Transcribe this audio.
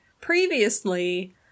Previously